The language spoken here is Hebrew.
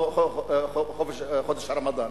חודש הרמדאן,